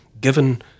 given